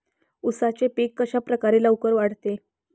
उसाचे पीक कशाप्रकारे लवकर वाढते?